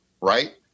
right